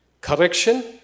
correction